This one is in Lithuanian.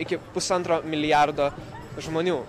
iki pusantro milijardo žmonių